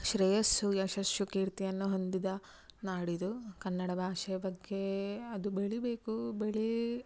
ಶ್ರೇಯಸ್ಸು ಯಶಸ್ಸು ಕೀರ್ತಿಯನ್ನು ಹೊಂದಿದ ನಾಡಿದು ಕನ್ನಡ ಭಾಷೆಯ ಬಗ್ಗೆ ಅದು ಬೆಳೀಬೇಕು ಬೆಳಿ